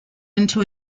into